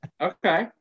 Okay